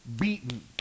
beaten